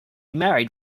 married